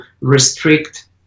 restrict